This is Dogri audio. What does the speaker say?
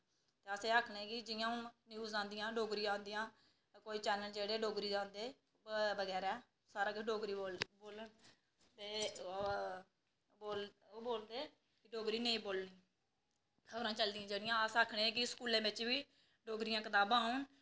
ते असें आक्खना कि जियां हून न्यूज़ आंदिय़ां डोगरी आंदियां कोई चन्न जेह्ड़े डोगरी दे आंदे सारा किश डोगरी दा ते डोगरी नेईं बोलनी खबरां चलदियां जेह्ड़ियां अस आक्खने कि डोगरी दियां कताबां औन